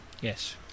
Yes